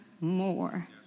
more